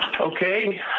Okay